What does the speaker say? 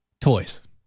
Toys